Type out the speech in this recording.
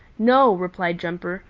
no, replied jumper.